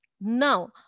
Now